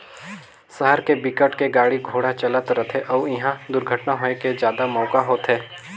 सहर के बिकट के गाड़ी घोड़ा चलत रथे अउ इहा दुरघटना होए के जादा मउका होथे